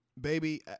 Baby